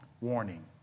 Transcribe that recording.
Warning